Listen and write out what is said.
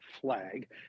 flag